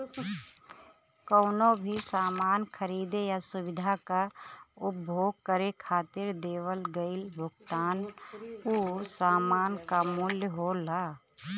कउनो भी सामान खरीदे या सुविधा क उपभोग करे खातिर देवल गइल भुगतान उ सामान क मूल्य होला